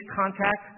contact